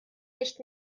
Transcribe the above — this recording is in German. nicht